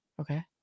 Okay